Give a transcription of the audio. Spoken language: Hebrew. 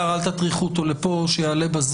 אמורים לתקן את התקנות ולא היה זמן.